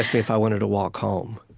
if i wanted to walk home.